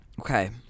Okay